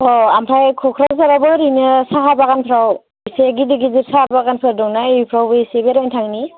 अ आमफाय क'क्राझारआवबो ओरैनो साहा बागानफ्राव एसे गिदिर गिदिर साहा बागानफोर दंना एफ्रावबो एसे बेरायनो थांनि